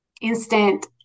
instant